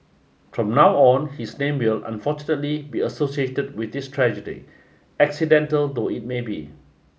from now on his name will unfortunately be associated with this tragedy accidental though it may be